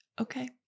okay